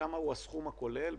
מהו הסכום הכולל,